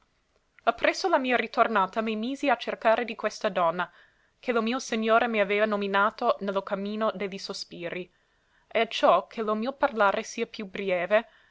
x appresso la mia ritornata mi misi a cercare di questa donna che lo mio segnore m'avea nominata ne lo cammino de li sospiri e acciò che lo mio parlare sia più brieve